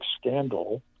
scandal